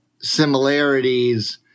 similarities